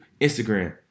Instagram